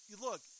look